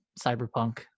cyberpunk